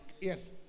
Yes